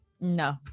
no